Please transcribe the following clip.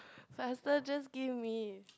faster just give me